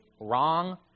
wrong